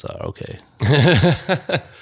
okay